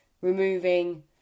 removing